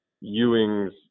Ewing's